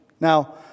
Now